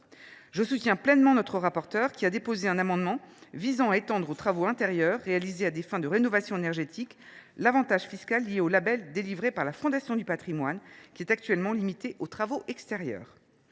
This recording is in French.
Je soutiens pleinement notre rapporteur pour avis, qui a déposé un amendement portant sur l’extension aux travaux intérieurs réalisés à des fins de rénovation énergétique l’avantage fiscal lié au label délivré par la Fondation du Patrimoine, qui est actuellement limité aux travaux extérieurs.